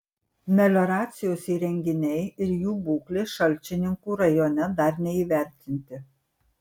melioracijos įrenginiai ir jų būklė šalčininkų rajone dar neįvertinti